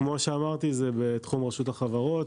כמו שאמרתי, זה בתחום רשות החברות.